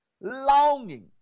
longing